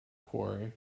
quarry